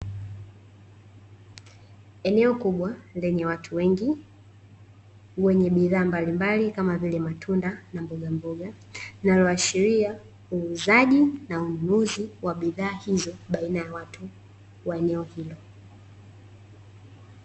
Eneo kubwa lenye watu wengi wenye bidhaa mbalimbali kama vile matunda na mbogamboga na linloashiria uuzaji na ununuzi wa bidhaa hizo baina ya watu wa eneo hilo